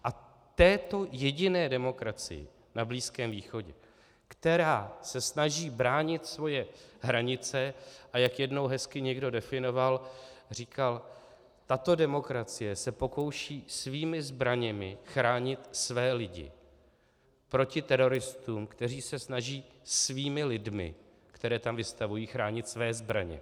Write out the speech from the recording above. A této jediné demokracii na Blízkém východě, která se snaží bránit svoje hranice, a jak jednou někdo hezky definoval, říkal: tato demokracie se pokouší svými zbraněmi chránit své lidi proti teroristům, kteří se snaží svými lidmi, které tam vystavují, chránit své zbraně.